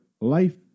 life